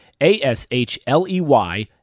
A-S-H-L-E-Y